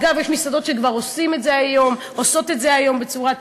אגב, יש מסעדות שכבר עושות את זה היום בצורה טובה.